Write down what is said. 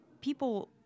people